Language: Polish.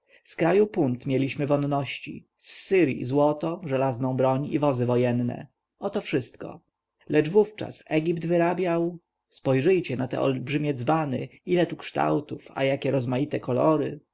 z kraju punt mieliśmy wonności z syrji złoto żelazną broń i wozy wojenne oto wszystko lecz wówczas egipt wyrabiał spojrzyjcie na te olbrzymie dzbany ile tu kształtów a jakie rozmaite kolory